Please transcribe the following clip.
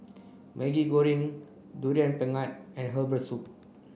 Maggi Goreng durian pengat and Herbal Soup